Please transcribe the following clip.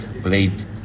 played